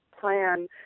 plan